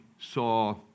saw